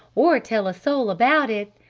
or tell a soul about it.